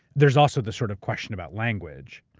there's also the sort of question about language.